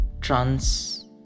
trans